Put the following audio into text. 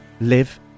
live